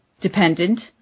dependent